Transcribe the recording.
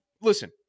listen